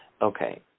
Okay